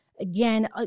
Again